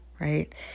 right